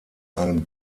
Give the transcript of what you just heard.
einen